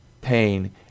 pain